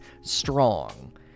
strong